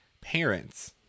parents